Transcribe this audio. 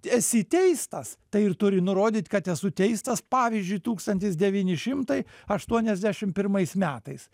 esi teistas tai ir turi nurodyt kad esu teistas pavyzdžiui tūkstantis devyni šimtai aštuoniasdešimt pirmais metais